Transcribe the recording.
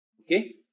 Okay